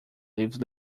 leaves